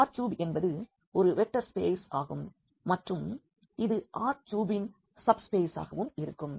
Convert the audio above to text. R3 என்பது ஒரு vector space ஆகும் மற்றும் இது R3யின் சப்ஸ்பேசாகவும் இருக்கும்